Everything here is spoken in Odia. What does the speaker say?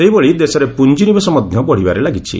ସେହିଭଳି ଦେଶରେ ପୁଞ୍ଜିନିବେଶ ମଧ୍ୟ ବଢ଼ିବାରେ ଲାଗିଛି